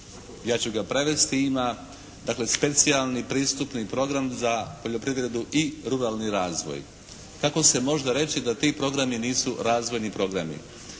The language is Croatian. ja ću ga prevesti ima, dakle Specijalni pristupni program za poljoprivredu i ruralni razvoj. Tako se može reći da ti programi nisu razvojni programi.